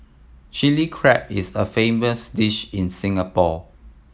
Chilli Crab is a famous dish in Singapore